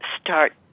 start